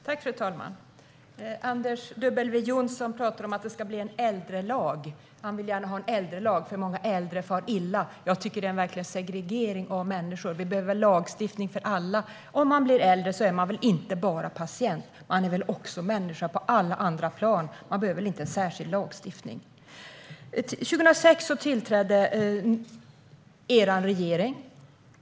Fru talman! Anders W Jonsson pratar om att det ska bli en äldrelag. Han vill gärna ha en äldrelag, för många äldre far illa. Jag tycker att det skulle innebära en segregering av människor att ha en sådan lag. Vi behöver lagstiftning för alla. Om man blir äldre är man väl inte bara patient - man är väl människa på alla andra plan också och behöver inte en särskild lagstiftning. År 2006 tillträdde er regering.